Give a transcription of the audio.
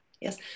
Yes